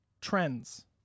trends